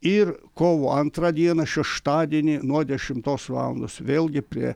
ir kovo antrą dieną šeštadienį nuo dešimtos valandos vėlgi prie